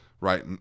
right